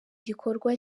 gikorwa